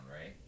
right